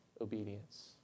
obedience